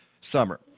summer